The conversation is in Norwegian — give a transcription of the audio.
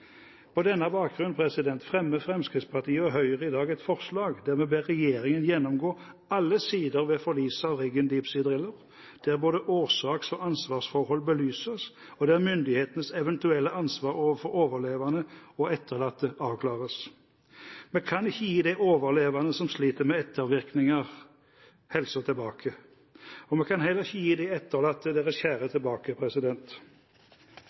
På denne bakgrunn fremmer Fremskrittspartiet og Høyre i dag et forslag der vi ber regjeringen gjennomgå alle sider ved forliset av riggen «Deep Sea Driller», der både årsaks- og ansvarsforhold belyses og der myndighetenes eventuelle ansvar overfor overlevende og etterlatte avklares. Vi kan ikke gi de overlevende som sliter med ettervirkninger, helsen tilbake. Vi kan heller ikke gi de etterlatte